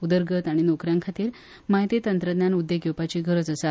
उदरगत आनी नोकऱ्यांखातीर माहिती तंत्रज्ञान उद्येग येवपाची गरज आसा